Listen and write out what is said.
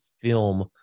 film